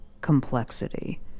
complexity